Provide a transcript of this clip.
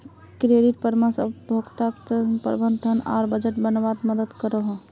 credit परामर्श उपभोक्ताक ऋण, प्रबंधन, धन आर बजट बनवात मदद करोह